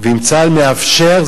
אם צה"ל מאפשר,